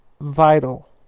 vital